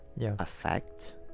affect